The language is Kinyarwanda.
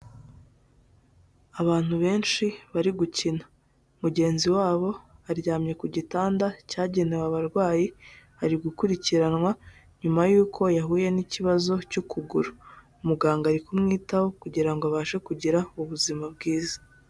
Abantu benshi bari gukina, mugenzi wabo aryamye ku gitanda cyagenewe abarwayi, ari gukurikiranwa nyuma yuko yahuye n'ikibazo cy'ukuguru. Muganga ari kumwitaho kugira ngo abashe kugira ubuzima bwiza.